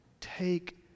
take